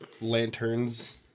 lanterns